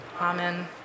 amen